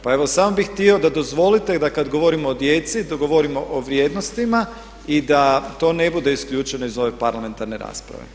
Pa evo samo bih htio da dozvolite da kad govorimo o djeci da govorimo o vrijednostima i da to ne bude isključeno iz ove parlamentarne rasprave.